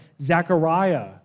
Zechariah